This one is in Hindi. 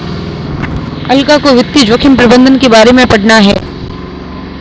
अलका को वित्तीय जोखिम प्रबंधन के बारे में पढ़ना है